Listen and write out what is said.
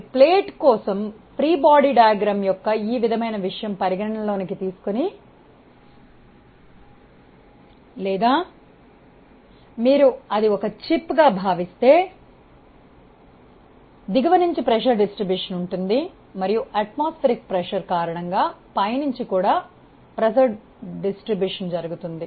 మీరు ప్లేట్ కోసం free body రేఖాచిత్రం యొక్క ఈ విధమైన విషయం పరిగణలోకి తీసుకొని లేదా మీరు అది ఒక చిప్ గా భావిస్తే దిగువ నుంచి పీడన పంపిణీ ఉంటుంది మరియు వాతావరణ పీడనం కారణంగా పై నుంచి కూడా పీడన పంపిణీ జరుగుతుంది